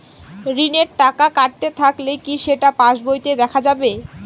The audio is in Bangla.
ঋণের টাকা কাটতে থাকলে কি সেটা পাসবইতে দেখা যাবে?